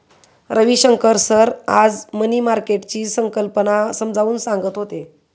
Ravishankar sir आज money मार्केटची संकल्पना समजावून सांगत होते